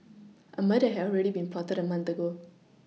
a murder had already been plotted a month ago